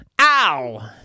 Ow